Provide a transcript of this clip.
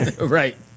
right